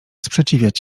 sprzeciwiać